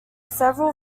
several